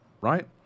right